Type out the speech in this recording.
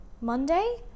Monday